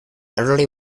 early